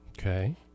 okay